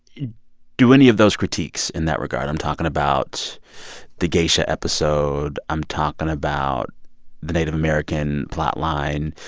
do any of those critiques, in that regard i'm talking about the geisha episode. i'm talking about the native american plotline.